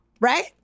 Right